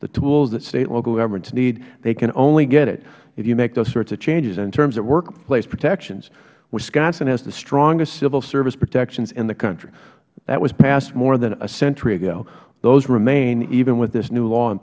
the tools that state and local governments need they can only get it if you make those sorts of changes and in terms of workplace protections wisconsin has the strongest civil service protections in the country that was passed more than a century ago those remain even with this new law in